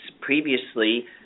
previously